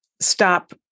stop